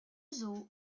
zoo